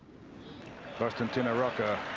consitintina rocca